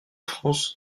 france